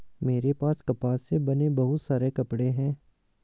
मेरे पास कपास से बने बहुत सारे कपड़े हैं